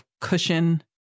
cushion